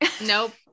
nope